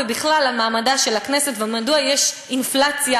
ובכלל על מעמדה של הכנסת ומדוע יש אינפלציה